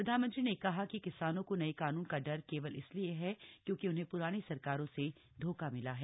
प्रधानमंत्री ने कहा कि किसानों को नये कानून का डर केवल इसलिए है क्योंकि उन्हें प्रानी सरकारों से धोखा मिला है